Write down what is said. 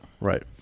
Right